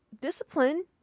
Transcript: discipline